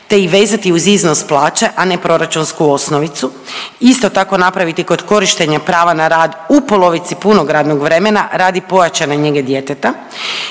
te ih vezati uz iznos plaće, a ne proračunsku osnovicu. Isto tako napraviti kod korištenja prava na rad u polovici punog radnog vremena radi pojačane njege djeteta.